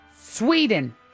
Sweden